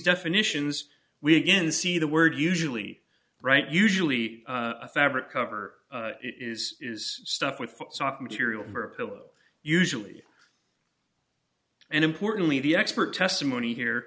definitions we again see the word usually right usually a fabric cover is is stuff with soft material for a pillow usually and importantly the expert testimony here